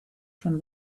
from